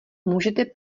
můžete